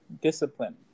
discipline